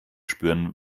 spüren